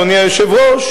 אדוני היושב-ראש,